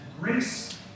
grace